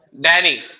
Danny